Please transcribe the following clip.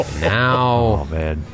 Now